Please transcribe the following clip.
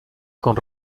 con